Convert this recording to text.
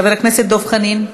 חבר הכנסת דב חנין,